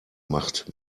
macht